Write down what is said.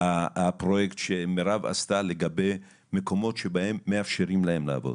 הפרויקט שמירב עשתה מקומות שבהם מאפשרים להם לעבוד.